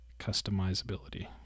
customizability